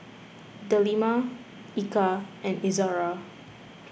Delima Eka and Izara